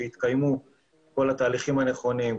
שהתקיימו כל התהליכים הנכונים,